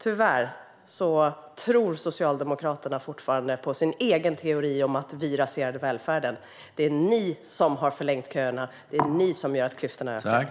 Tyvärr tror Socialdemokraterna fortfarande på sin egen teori att vi raserade välfärden. Det är ni som har förlängt köerna, Lennart Axelsson. Det är ni som gör att klyftorna växer.